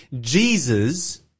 Jesus